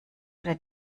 oder